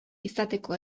izateko